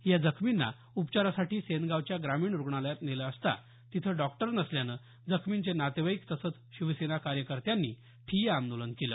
या जखमींना उपचारासाठी सेनगावच्या ग्रामीण रुग्णालयात नेलं असता तिथे डॉक्टर नसल्यानं जखमींचे नातेवाईक तसंच शिवसेना कार्यकर्त्यांनी ठिय्या आंदोलन केलं